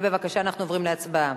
בבקשה, אנחנו עוברים להצבעה.